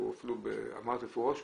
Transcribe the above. או אפילו אמרת במפורש,